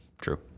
true